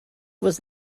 was